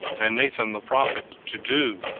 and nathan the prophet, to do,